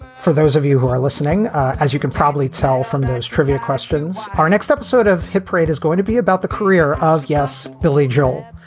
for those of you who are listening, as you can probably tell from those trivia questions. our next episode of hit parade is going to be about the career of, yes, billy joel,